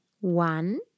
One